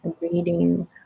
reading